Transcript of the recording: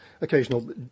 occasional